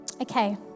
Okay